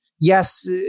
Yes